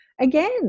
Again